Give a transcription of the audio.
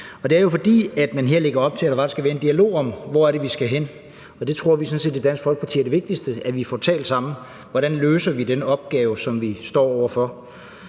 og det er jo, fordi man her lægger op til, at der faktisk skal være en dialog om, hvor det er, vi skal hen. Det tror vi sådan set i Dansk Folkeparti er det vigtigste – at vi får talt sammen om, hvordan vi løser den opgave, som vi står over for.